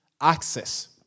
access